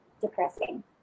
depressing